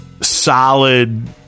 solid